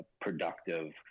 productive